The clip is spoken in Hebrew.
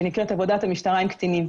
שנקראת עבודת המשטרה עם קטינים.